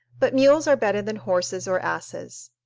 but mules are better than horses or asses.